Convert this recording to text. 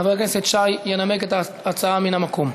חבר הכנסת שי ינמק את ההצעה מן המקום.